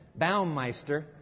Baumeister